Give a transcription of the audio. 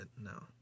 No